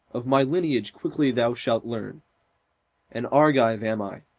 of my lineage quickly thou shalt learn an argive am i,